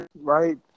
Right